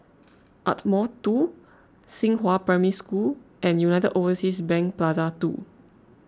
Ardmore two Xinghua Primary School and United Overseas Bank Plaza two